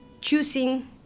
choosing